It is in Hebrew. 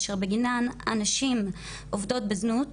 אשר בגינן הנשים עובדות בזנות,